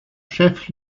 chef